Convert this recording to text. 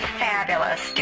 fabulous